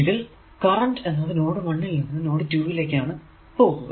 ഇതിൽ കറന്റ് എന്നത് നോഡ് 1 ൽ നിന്നും നോഡ് 2 ലേക്കാണ് കറന്റ് പോകുക